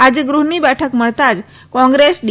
આજે ગૃહની બેઠક મળતાં જ કોંગ્રેસ ડી